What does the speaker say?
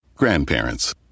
Grandparents